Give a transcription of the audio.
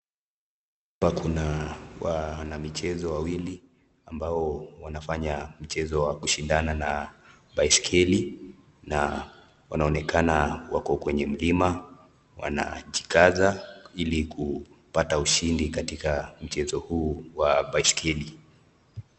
Hapa kuna wanamichezo wawili ambao wanafanya mchezo ya kushindana na baiskeli, na wanaonekana wako kwenye mlima wanajikaza ili kupata ushindi katika mchezo huu wa baiskeli.